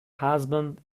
husband